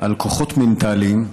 על כוחות מנטליים,